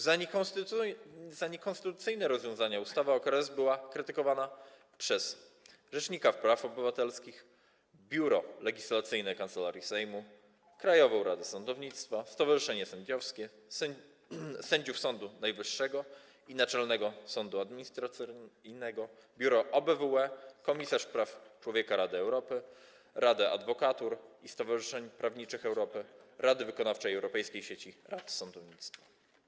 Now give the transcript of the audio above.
Za niekonstytucyjne rozwiązania ustawa o KRS była krytykowana przez rzecznika praw obywatelskich, Buro Legislacyjne Kancelarii Sejmu, Krajową Radę Sądownictwa, stowarzyszenia sędziowskie, sędziów Sądu Najwyższego i Naczelnego Sądu Administracyjnego, biuro OBWE, komisarz praw człowieka Rady Europy, Radę Adwokatur i Stowarzyszeń Prawniczych Europy, Radę Wykonawczą Europejskiej Sieci Rad Sądownictwa.